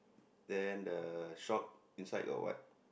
then the shop inside got what